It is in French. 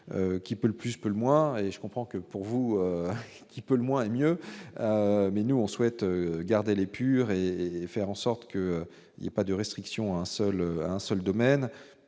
qui peut le plus peut le moins et je comprends que pour vous, qui peut le moins et mieux, mais nous on souhaite garder l'épurer et faire en sorte que, il y a pas de restrictions, un seul, un